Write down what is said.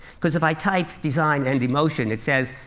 because if i type design and emotion, it says,